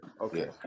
Okay